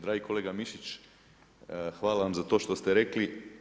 Dragi kolega Mišić, hvala vam za to što ste rekli.